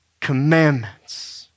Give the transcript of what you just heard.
Commandments